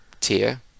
tier